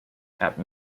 have